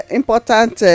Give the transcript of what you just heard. important